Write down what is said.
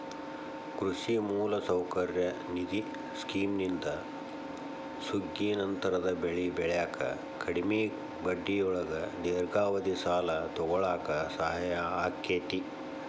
ಕೃಷಿ ಮೂಲಸೌಕರ್ಯ ನಿಧಿ ಸ್ಕಿಮ್ನಿಂದ ಸುಗ್ಗಿನಂತರದ ಬೆಳಿ ಬೆಳ್ಯಾಕ ಕಡಿಮಿ ಬಡ್ಡಿಯೊಳಗ ದೇರ್ಘಾವಧಿ ಸಾಲ ತೊಗೋಳಾಕ ಸಹಾಯ ಆಕ್ಕೆತಿ